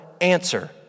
answer